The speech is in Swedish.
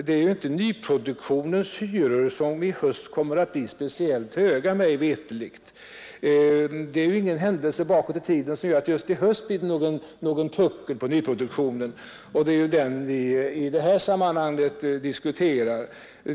Det är inte nyproduktionens hyror som i höst kommer att bli speciellt höga, mig veterligt. Ingenting har inträffat som gör att det just i höst blir någon puckel på nyproduktionen — och det är den vi i detta sammanhang diskuterar.